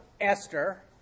Esther